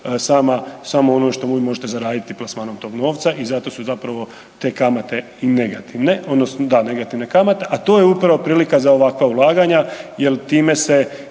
samo ono što vi možete zaraditi plasmanom tog novca i zato su zapravo te kamate i negativne odnosno, da negativne kamate, a to je upravo prilika za ovakva ulaganja jel time se